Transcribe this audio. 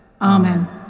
Amen